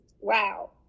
Wow